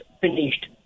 finished